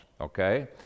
okay